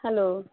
hello